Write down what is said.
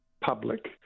public